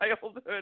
childhood